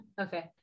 Okay